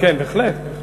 לא נעלב, בהחלט.